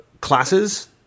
classes